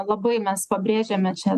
labai mes pabrėžiame čia